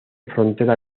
frontera